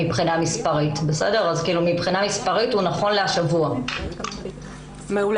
מעולה.